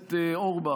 הכנסת אורבך,